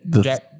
Jack